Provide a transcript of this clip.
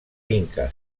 inca